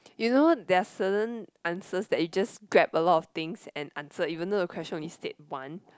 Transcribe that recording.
you know there're certain answers that you just grab a lot of things and answer even though the questions only state once